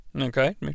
Okay